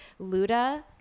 Luda